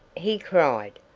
he cried.